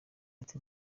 ati